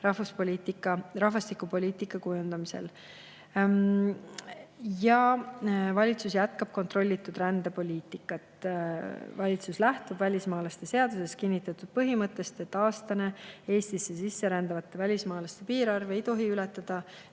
rahvastikupoliitika kujundamisel. Valitsus jätkab kontrollitud rändepoliitikat. Valitsus lähtub välismaalaste seaduses kinnitatud põhimõttest, et aastane Eestisse sisserändavate välismaalaste piirarv ei tohi ületada